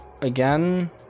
again